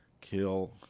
kill